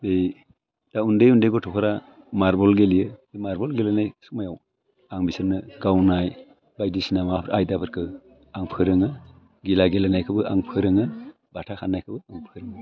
बे दा उन्दै उन्दै गथ'फोरा मारबल गेलेयो मारबल गेलेनाय समायाव आं बिसोरनो गावनाय बायदिसिना माबा आयदाफोरखौ आं फोरोङो घिला गेलेनायखौबो आं फोरोङो बाथा खान्नायखौबो आं फोरोङो